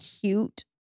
cute